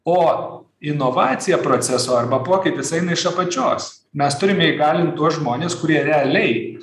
o inovacija proceso arba pokytis eina iš apačios mes turime įgalint tuos žmones kurie realiai